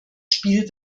spiel